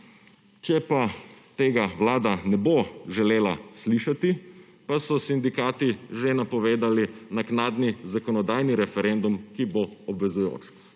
če pa tega Vlada ne bo želela slišati, pa so sindikati že napovedali naknadni zakonodajni referendum, ki bo obvezujoč.